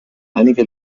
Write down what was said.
einige